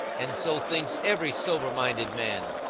and so thinks every sober-minded man.